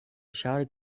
shouted